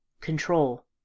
Control